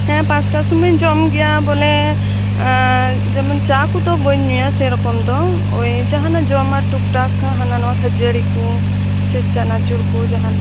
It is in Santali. ᱦᱮᱸ ᱯᱟᱸᱪᱴᱟ ᱥᱩᱢᱟᱹᱭ ᱤᱧ ᱡᱚᱢ ᱜᱮᱭᱟ ᱵᱚᱞᱮ ᱡᱮᱢᱚᱱ ᱪᱟ ᱠᱚᱫᱚ ᱵᱟᱹᱧ ᱧᱩᱭᱟ ᱥᱮᱨᱚᱠᱚᱢ ᱫᱚ ᱳᱭ ᱡᱟᱦᱟᱸᱱᱟᱜ ᱡᱚᱢᱟᱜ ᱴᱩᱠ ᱴᱟᱠ ᱦᱟᱱᱟ ᱱᱟᱣᱟ ᱠᱷᱟᱹᱡᱟᱹᱲᱤ ᱠᱚ ᱥᱮ ᱪᱟᱱᱟᱪᱩᱨ ᱠᱚ ᱡᱟᱦᱟᱸᱱᱟᱜ